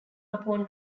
upon